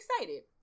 excited